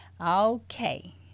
okay